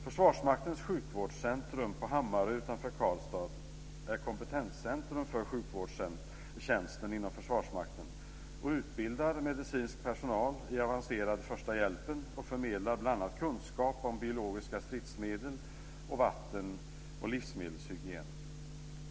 Försvarsmaktens sjukvårdscentrum på Hammarö utanför Karlstad är kompetenscentrum för sjukvårdstjänsten inom Försvarsmakten och utbildar medicinsk personal i avancerad förstahjälpen och förmedlar bl.a. kunskap om biologiska stridsmedel och vatten och livsmedelshygien.